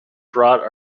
brought